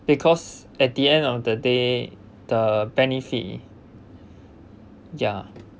because at the end of the day the benefit ya